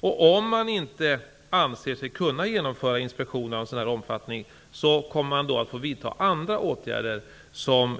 Om man inte anser sig kunna genomföra inspektionerna i så här stor omfattning, kommer man att vidta andra åtgärder som